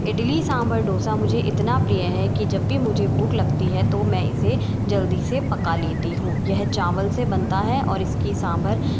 इडली सांभर डोसा मुझे इतना प्रिय है कि जब भी मुझे भूख लगती है तो मैं इसे जल्दी से पका लेती हूँ यह चावल से बनता है और इसकी सांभर